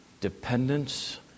dependence